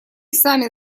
сами